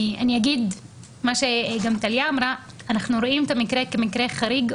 אני אגיד מה שגם טליה אמרה אנחנו רואים את המקרה כמקרה חריג.